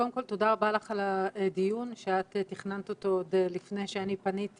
קודם כל תודה רבה לך על הדיון שאת תכננת אותו עוד לפני שאני פניתי